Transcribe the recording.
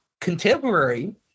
contemporary